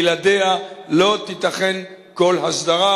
שבלעדיה לא תיתכן כל הסדרה,